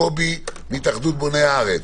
קובי מהתאחדות בוני הארץ: